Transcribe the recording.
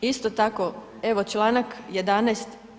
Isto tako, evo čl. 11.